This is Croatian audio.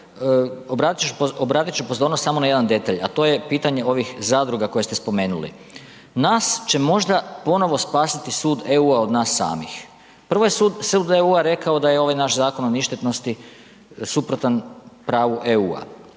obratit ću pozornost samo na jedan detalj a to je pitanje ovih zadruga koje ste spomenuli. Nas će možda ponovno spasiti sud EU-a od nas samih. Prvo je sud EU-a rekao da je ovaj zakon o ništetnosti suprotan pravu EU-a,